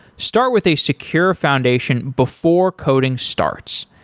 start with a secure foundation before coding starts.